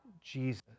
Jesus